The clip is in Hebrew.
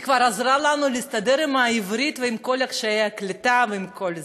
היא כבר עזרה לנו להסתדר עם העברית ועם כל קשיי הקליטה וכל זה.